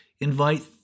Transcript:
invite